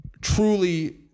truly